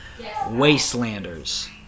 Wastelanders